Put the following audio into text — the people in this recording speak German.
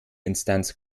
instanz